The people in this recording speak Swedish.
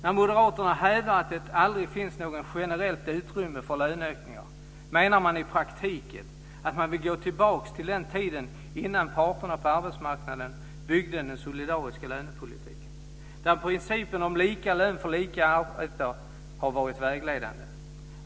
När moderaterna hävdar att det aldrig finns något generellt utrymme för löneökningar menar man i praktiken att man vill gå tillbaka till tiden innan parterna på arbetsmarknaden byggde upp den solidariska lönepolitiken, där principen om lika lön för lika arbete har varit vägledande.